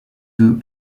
deux